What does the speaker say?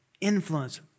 influence